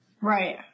Right